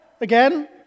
again